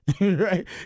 right